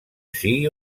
sigui